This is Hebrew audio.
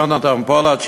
יונתן פולארד,